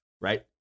right